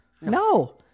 no